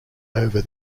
over